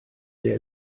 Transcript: sehr